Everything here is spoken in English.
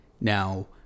Now